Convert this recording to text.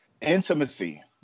Intimacy